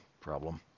problem